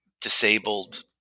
Disabled